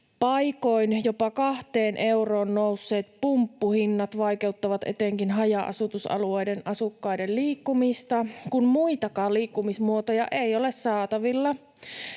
Paikoin jopa 2 euroon nousseet pumppuhinnat vaikeuttavat etenkin haja-asutusalueiden asukkaiden liikkumista, kun muitakaan liikkumismuotoja ei ole saatavilla.